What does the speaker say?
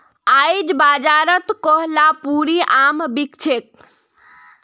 आईज बाजारत कोहलापुरी आम बिक छ